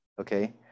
okay